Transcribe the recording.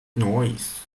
noise